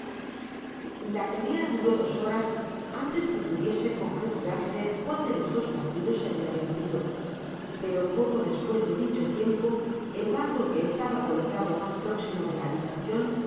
la pelea duró dos horas antes que pudiese conjeturarse cuál de los dos partidos seria vencido pero poco despues de dicho tiempo el bando que estaba colocado mas próximo de la habitación